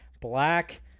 Black